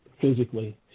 physically